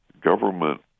government